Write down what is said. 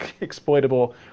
exploitable